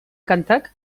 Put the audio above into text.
kantak